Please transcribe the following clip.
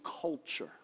culture